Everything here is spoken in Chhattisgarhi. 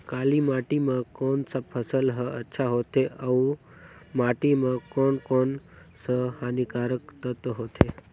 काली माटी मां कोन सा फसल ह अच्छा होथे अउर माटी म कोन कोन स हानिकारक तत्व होथे?